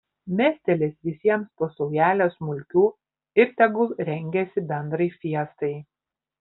mestelės visiems po saujelę smulkių ir tegul rengiasi bendrai fiestai